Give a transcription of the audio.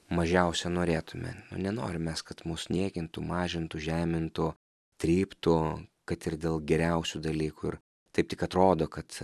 mažiausia norėtume nu nenorim mes kad mus niekintų mažintų žemintų tryptų kad ir dėl geriausių dalykų ir taip tik atrodo kad